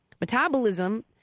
metabolism